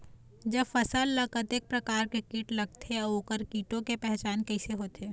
जब फसल ला कतेक प्रकार के कीट लगथे अऊ ओकर कीटों के पहचान कैसे होथे?